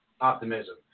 optimism